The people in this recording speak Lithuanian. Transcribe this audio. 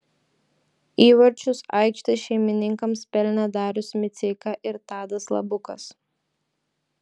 įvarčius aikštės šeimininkams pelnė darius miceika ir tadas labukas